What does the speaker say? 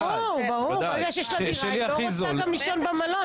ברגע שיש לה דירה, היא לא רוצה גם לישון במלון.